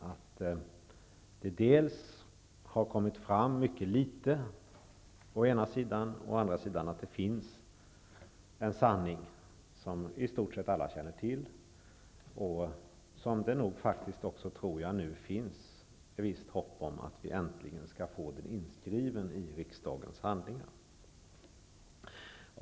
Dels har det där kommit fram mycket litet, dels finns det en sanning som i stort sett alla känner till och som det nu faktiskt finns ett visst hopp om att äntligen få inskriven i riksdagens handlingar.